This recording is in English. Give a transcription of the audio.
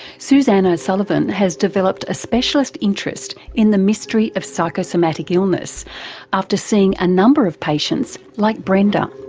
suzanne ah o'sullivan has developed a specialist interest in the mystery of psychosomatic illness after seeing a number of patients like brenda.